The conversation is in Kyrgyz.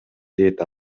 дейт